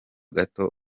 gato